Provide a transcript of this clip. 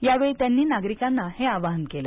यावेळी त्यांनी नागरिकांनाही हे आवाहन केलं